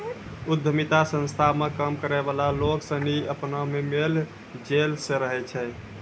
उद्यमिता संस्था मे काम करै वाला लोग सनी अपना मे मेल जोल से रहै छै